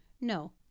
No